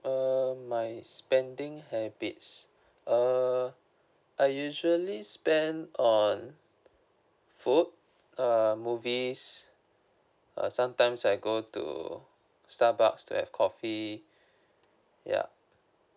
uh my spending habits err I usually spend on food err movies uh sometimes I go to starbucks to have coffee ya